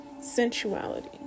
sensuality